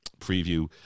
preview